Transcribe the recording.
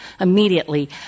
immediately